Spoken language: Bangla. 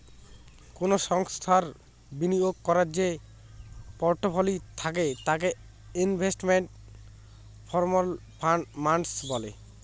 কোনো সংস্থার বিনিয়োগ করার যে পোর্টফোলি থাকে তাকে ইনভেস্টমেন্ট পারফরম্যান্স বলে